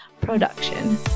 production